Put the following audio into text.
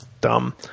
dumb